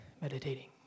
meditating